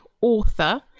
author